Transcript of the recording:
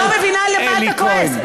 לא מבינה על מה אתה כועס,